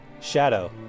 Shadow